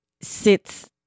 sits